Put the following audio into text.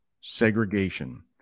Segregation